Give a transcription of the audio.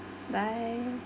bye